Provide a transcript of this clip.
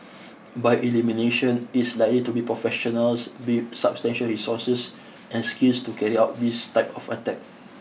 by elimination it's likely to be professionals with substantial resources and skills to carry out this type of attack